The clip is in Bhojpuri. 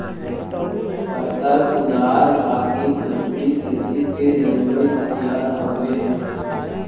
फरसा, कुदार, बाकी, खुरपी कृषि के जरुरी हथियार हउवे